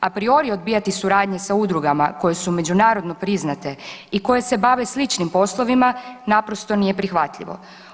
A priori odbijati suradnje sa udrugama koje su međunarodno priznate i koje se bave sličnim poslovima naprosto nije prihvatljivo.